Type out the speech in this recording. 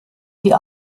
die